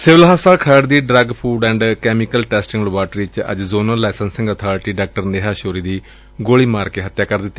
civil ਹਸਪਤਾਲ ਖਰੜ ਦੀ drug food and chemical testing laboratory ਵਿੱਚ ਅੱਜ ਜ਼ੋਨਲ ਲਾਇਸੈੱਸਿੰਗ ਅਬਾਰਟੀ ਡਾ ਨੇਹਾ ਸ਼ੌਰੀ ਦੀ ਗੋਲੀ ਮਾਰ ਕੇ ਹੱਤਿਆ ਕਰ ਦਿੱਤੀ